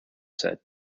said